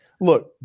Look